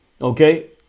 Okay